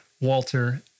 Walter